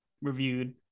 reviewed